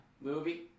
Movie